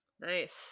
Nice